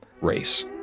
Race